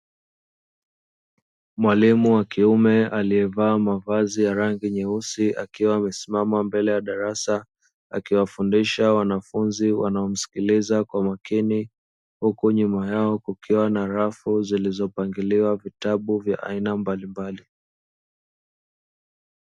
Mwalimu wa kiume aliyevaa mavazi ya rangi nyeusi akiwa amesimama mbele ya darasa akiwafundisha wanafunzi wanaomsikiliza kwa makini, huku nyuma yao kukiwa na rafu zilizopangiliwa vitabu vya aina mbalimbali.